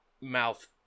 mouth